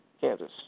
Kansas